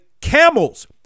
camels